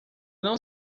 não